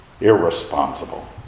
Irresponsible